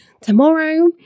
tomorrow